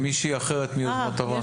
מישהי אחרת מיוזמות אברהם.